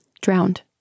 drowned